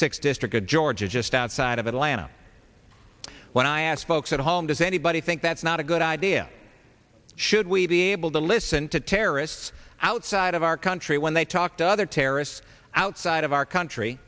sixth district of georgia just outside of atlanta when i asked folks at home does anybody think that's not a good idea should we be able to listen to terrorists outside of our country when they talk to other terrorists outside of our country